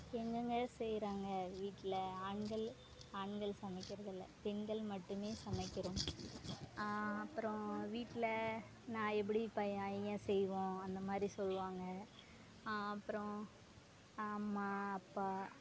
எங்கங்கே செய்கிறாங்க வீட்டில் ஆண்கள் ஆண்கள் சமைக்கிறதில்லை பெண்கள் மட்டுமே சமைக்கிறோம் அப்புறோம் வீட்டில் நான் எப்படி செய்வோம் அந்த மாதிரி சொல்வாங்க அப்புறோம் அம்மா அப்பா